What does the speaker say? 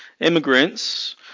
immigrants